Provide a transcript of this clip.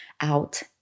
out